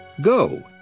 Go